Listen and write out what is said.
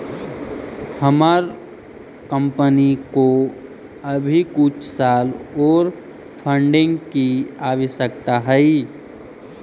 हमार कंपनी को अभी कुछ साल ओर फंडिंग की आवश्यकता हई